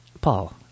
Paul